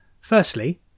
Firstly